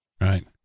Right